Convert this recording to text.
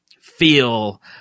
feel